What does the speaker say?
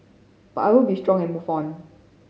but I will be strong and move on